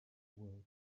world